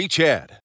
Chad